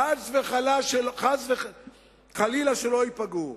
חס וחלילה שלא ייפגעו.